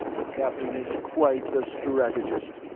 the captain is quite the strategist.